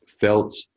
felt